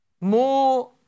More